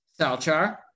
Salchar